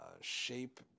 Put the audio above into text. shape